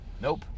Nope